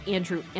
Andrew